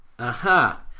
Aha